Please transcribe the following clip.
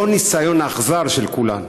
לא ניסיון אכזר של כולם.